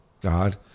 God